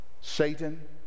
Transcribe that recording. Satan